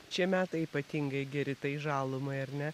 šie metai ypatingai geri tai žalumai ar ne